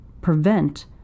prevent